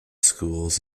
schools